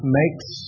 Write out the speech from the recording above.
makes